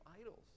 idols